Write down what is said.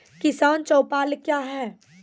किसान चौपाल क्या हैं?